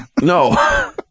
No